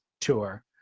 tour